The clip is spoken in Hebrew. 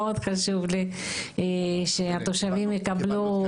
מאוד חשוב לי שהתושבים יקבלו.